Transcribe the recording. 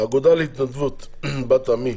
האגודה להתנדבות, 'בת עמי',